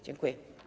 Dziękuję.